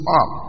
up